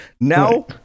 Now